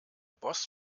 boss